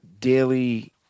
daily